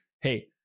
hey